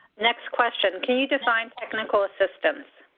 next question, can you define technical assistance?